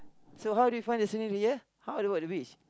so how do you find the scenery here how about the beach